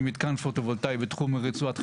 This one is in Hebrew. וזה מתקן פוטו-וולטאי בתחום רצועת החשמל,